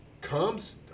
comes